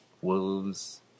Wolves